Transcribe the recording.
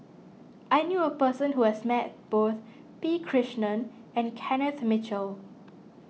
I knew a person who has met both P Krishnan and Kenneth Mitchell